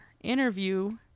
interview